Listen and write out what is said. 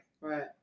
Right